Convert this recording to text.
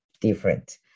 different